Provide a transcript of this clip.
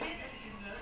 ethu:எது university ah